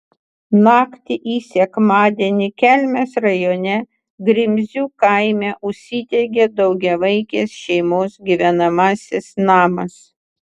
naktį į sekmadienį kelmės rajone grimzių kaime užsidegė daugiavaikės šeimos gyvenamasis namas